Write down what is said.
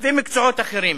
ומקצועות אחרים.